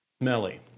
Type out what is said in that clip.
Smelly